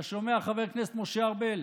אתה שומע, חבר הכנסת משה ארבל?